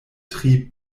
tri